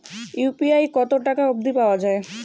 UPI কতো টাকা অব্দি পাঠা যায়?